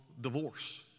divorce